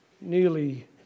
nearly